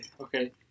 Okay